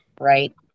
Right